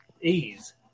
ease